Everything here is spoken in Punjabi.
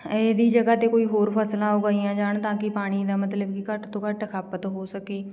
ਇਹਦੀ ਜਗ੍ਹਾ 'ਤੇ ਕੋਈ ਹੋਰ ਫ਼ਸਲਾਂ ਉਗਾਈਆਂ ਜਾਣ ਤਾਂ ਕਿ ਪਾਣੀ ਦਾ ਮਤਲਬ ਕਿ ਘੱਟ ਤੋਂ ਘੱਟ ਖੱਪਤ ਹੋ ਸਕੇ